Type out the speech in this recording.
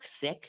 sick